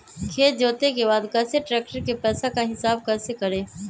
खेत जोते के बाद कैसे ट्रैक्टर के पैसा का हिसाब कैसे करें?